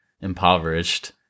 impoverished